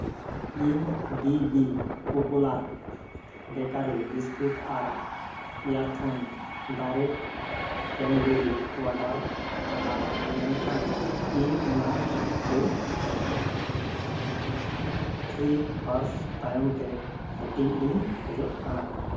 ᱤᱧ B B popular bakery biscuit ᱟᱨ ᱮᱭᱟᱛᱷᱚᱱ ᱰᱟᱭᱨᱮᱹᱴ ᱠᱮᱱᱵᱮᱨᱤ ᱚᱰᱟᱨ ᱟᱠᱟᱫᱟ ᱢᱮᱱᱠᱷᱟᱱ ᱤᱧ ᱚᱱᱟ ᱠᱚ ᱛᱷᱨᱤ ᱦᱚᱨᱥ ᱛᱟᱭᱚᱢ ᱛᱮ ᱦᱟᱹᱴᱤᱧ ᱤᱧ ᱠᱷᱚᱡᱚᱜ ᱠᱟᱱᱟ